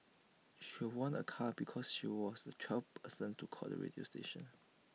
she won A car because she was the twelfth person to call the radio station